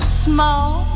small